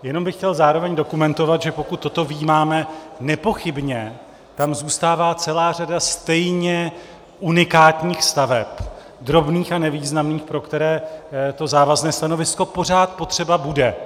Jenom bych chtěl zároveň dokumentovat, že pokud toto vyjímáme, nepochybně tam zůstává celá řada stejně unikátních staveb, drobných a nevýznamných, pro které to závazné stanovisko pořád potřeba bude.